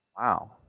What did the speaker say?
Wow